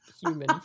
human